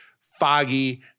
foggy